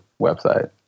website